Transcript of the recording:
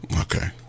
Okay